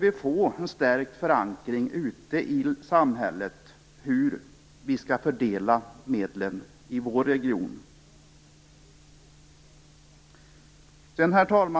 vi att få en stärkt förankring ute i samhället när det gäller hur vi skall fördela medlen i vår region. Herr talman!